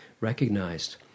recognized